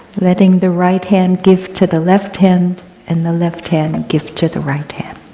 letting the right hand give to the left hand and the left hand give to the right hand.